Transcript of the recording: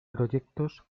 proyectos